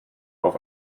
auf